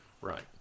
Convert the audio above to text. Right